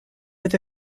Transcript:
with